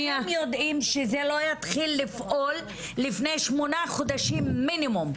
הם יודעים שזה לא יתחיל לפעול לפני שמונה חודשים מינימום.